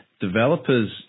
developers